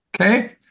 Okay